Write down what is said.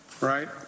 right